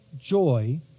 joy